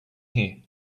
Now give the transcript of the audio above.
here